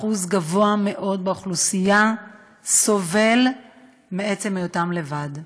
אחוז גבוה מאוד באוכלוסייה סובל מעצם היותם לבד.